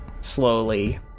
slowly